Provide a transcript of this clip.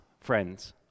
friends